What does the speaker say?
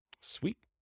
Sweet